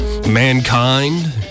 Mankind